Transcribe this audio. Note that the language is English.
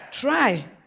Try